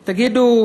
תגידו,